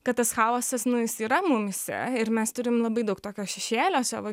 kad tas chaosas nu jis yra mumyse ir mes turim labai daug tokio šešėlio savo